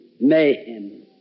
mayhem